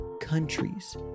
countries